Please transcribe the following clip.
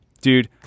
Dude